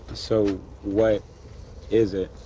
so what is it?